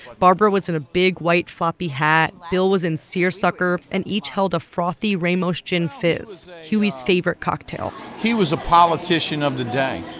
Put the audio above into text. barbara was in a big white floppy hat, bill was in seersucker, and each held a frothy ramos gin fizz, huey's favorite cocktail he was a politician of the day.